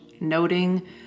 noting